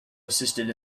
assisted